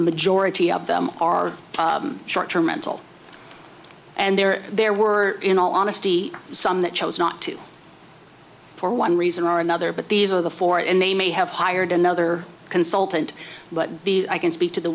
the majority of them are short term mental and there there were in all honesty some that chose not to for one reason or another but these are the four and they may have hired another consultant but these i can speak to the